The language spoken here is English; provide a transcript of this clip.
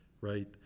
right